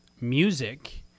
music